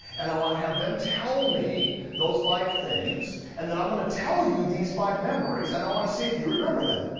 and i wanna have them tell me those five things, and then i'm gonna tell you these five memories and i wanna see if you remember them.